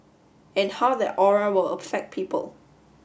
and how that aura will affect people